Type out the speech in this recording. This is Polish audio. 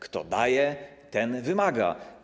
Kto daje, ten wymaga.